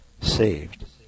saved